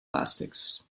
plastics